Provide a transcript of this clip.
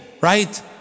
Right